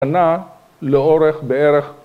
‫הנה לאורך בערך...